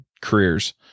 careers